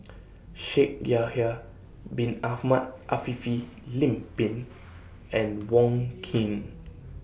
Shaikh Yahya Bin Ahmed Afifi Lim Pin and Wong Keen